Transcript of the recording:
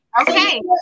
Okay